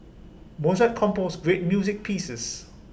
Mozart composed great music pieces